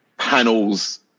panels